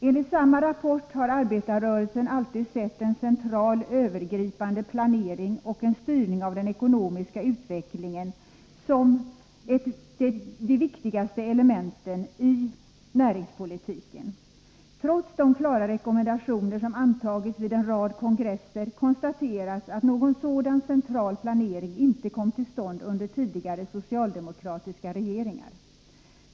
Enligt samma rapport har arbetarrörelsen alltid sett en central övergripande planering och en styrning av den ekonomiska utvecklingen som de viktigaste elementen i näringspolitiken. Trots de klara rekommendationer som antagits vid en rad kongresser konstateras att någon sådan central planering inte kom till stånd under tidigare socialdemokratiska regeringar.